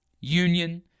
union